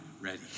ready